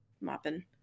mopping